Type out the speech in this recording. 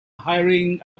hiring